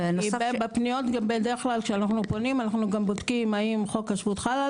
כי בפניות גם בדרך כלל שפונים, אנחנו בודקים, האם